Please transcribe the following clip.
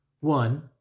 one